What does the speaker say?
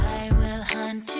will hunt you